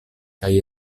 kaj